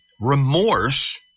remorse